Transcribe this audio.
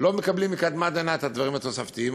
לא מקבלים, מקדמת דנא, את הדברים התוספתיים.